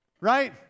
Right